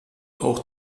auch